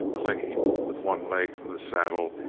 clinging with one leg from the saddle,